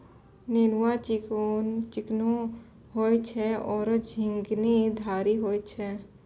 नेनुआ चिकनो होय छै आरो झिंगली धारीदार होय छै